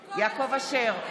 בעד יעקב אשר,